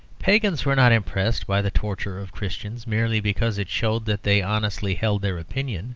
pagans were not impressed by the torture of christians merely because it showed that they honestly held their opinion